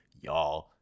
y'all